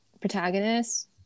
protagonist